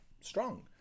strong